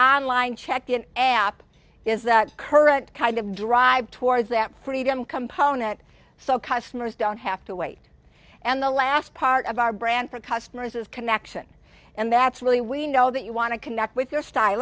on line check the app is that correct kind of drive towards that freedom component so customers don't have to wait and the last part of our brand for customers is connection and that's really we know that you want to connect with your styl